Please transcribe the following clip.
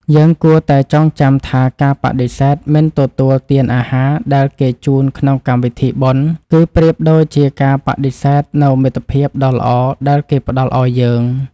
យើងគួរតែចងចាំថាការបដិសេធមិនទទួលទានអាហារដែលគេជូនក្នុងកម្មវិធីបុណ្យ គឺប្រៀបដូចជាការបដិសេធនូវមិត្តភាពដ៏ល្អដែលគេផ្តល់ឱ្យយើង។